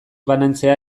banantzea